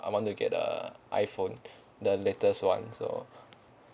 I want to get the iphone the latest [one] so